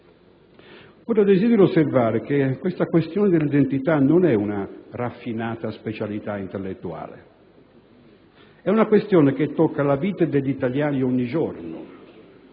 Ora, desidero osservare che la questione dell'identità non è una raffinata specialità intellettuale: è una questione che tocca la vita degli italiani ogni giorno